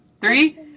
Three